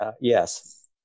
Yes